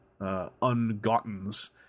ungotten's